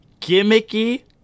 Gimmicky